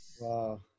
Wow